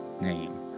name